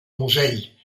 musell